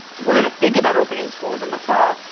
we're going to think about opening schools in the fall.